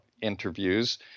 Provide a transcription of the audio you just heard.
interviews